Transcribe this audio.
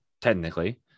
technically